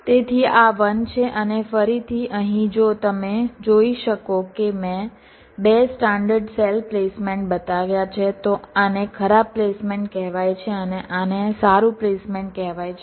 તેથી આ 1 છે અને ફરીથી અહીં જો તમે જોઈ શકો કે મેં 2 સ્ટાન્ડર્ડ સેલ પ્લેસમેન્ટ બતાવ્યા છે તો આને ખરાબ પ્લેસમેન્ટ કહેવાય છે અને આને સારું પ્લેસમેન્ટ કહેવાય છે